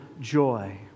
joy